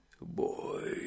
Boy